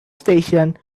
station